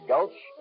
Gulch